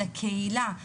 לקהילה,